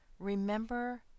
Remember